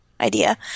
idea